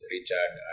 Richard